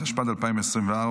התשפ"ד 2024,